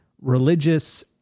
religious